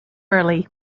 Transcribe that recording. early